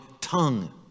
tongue